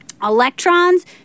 Electrons